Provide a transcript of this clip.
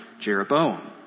Jeroboam